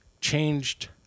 changed